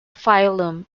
phylum